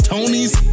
Tony's